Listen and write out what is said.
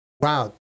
Wow